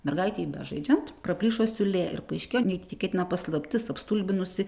mergaitei bežaidžiant praplyšo siūlė ir paaiškėjo neįtikėtina paslaptis apstulbinusi